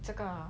这个